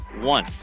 One